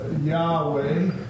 Yahweh